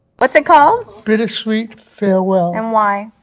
but is it called? bittersweet farewell. and why?